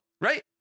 right